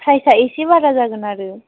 प्राइसआ एसे बारा जागोन आरो